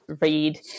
read